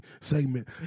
segment